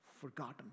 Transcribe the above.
Forgotten